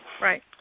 right